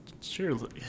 surely